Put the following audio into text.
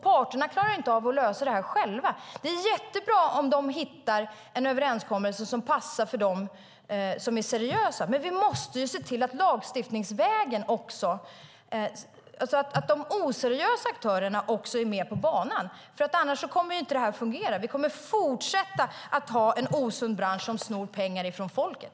Parterna klarar inte av att själva lösa detta. Det vore jättebra om de kom fram till en överenskommelse som passar för de företag som är seriösa. Men vi måste också se till att de oseriösa aktörerna är med på banan. Annars kommer inte det här att fungera. Man kommer även i fortsättningen att ha en osund bransch som snor pengar ifrån folket.